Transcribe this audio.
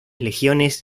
legiones